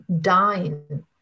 dying